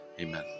Amen